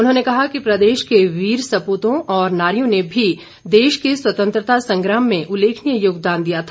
उन्होंने कहा कि प्रदेश के वीर सपूतों और नारियों ने भी देश के स्वतंत्रता संग्राम में उल्लेखनीय योगदान दिया था